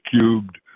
cubed